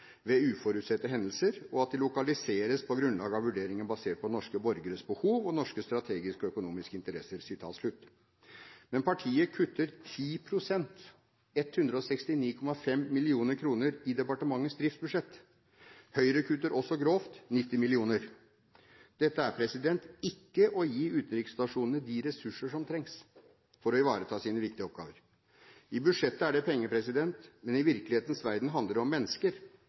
ved uforutsette hendelser, og at de lokaliseres på grunnlag av vurderinger basert på norske borgeres behov, og norske strategiske og økonomiske interesser». Men partiet kutter 10 pst. – 169,5 mill. kr i departementets driftsbudsjett. Høyre kutter også grovt – 90 mill. kr. Dette er ikke å gi utenriksstasjonene de ressurser som trengs for at de skal kunne ivareta sine viktige oppgaver. I budsjettet er det penger, men i virkelighetens verden handler det om mennesker,